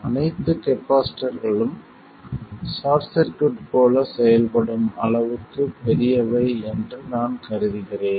அனைத்து கப்பாசிட்டர்களும் short circuit போல செயல்படும் அளவுக்கு பெரியவை என்று நான் கருதுகிறேன்